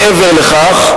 מעבר לכך,